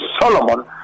Solomon